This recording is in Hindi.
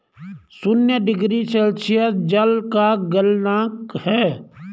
शून्य डिग्री सेल्सियस जल का गलनांक है